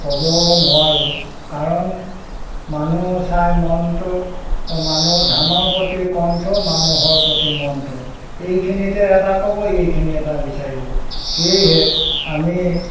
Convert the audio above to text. ক'ব নোৱাৰোঁ কাৰণ মানুহ চাই মনটো মানুহ ধানৰ প্ৰতি কণটো মানুহৰ প্ৰতি মনটো এইখিনিতে এটা ক'ব এইখিনি এটা বিচাৰিব সেয়েহে আমি